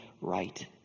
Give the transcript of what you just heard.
right